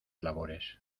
labores